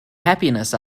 happiness